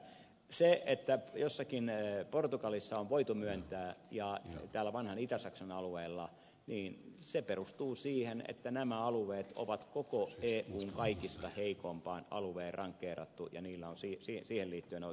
se että jossakin portugalissa on voitu myöntää ja täällä vanhan itä saksan alueella perustuu siihen että nämä alueet on koko eun kaikista heikoimpaan alueeseen rankeerattu ja niillä on siihen liittyen oikeus